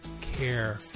care